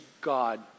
God